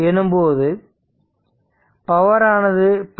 எனும்போது பவர் ஆனது p 2